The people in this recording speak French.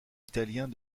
italiens